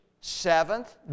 seventh